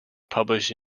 published